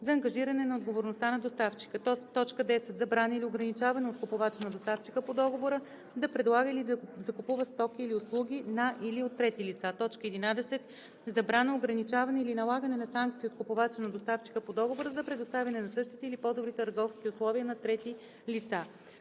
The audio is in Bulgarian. за ангажиране на отговорността на доставчика; 10. забрана или ограничаване от купувача на доставчика по договора да предлага или да закупува стоки или услуги на или от трети лица; 11. забрана, ограничаване или налагане на санкции от купувача на доставчика по договора за предоставяне на същите или по-добри търговски условия на трети лица;